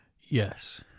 Yes